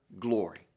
glory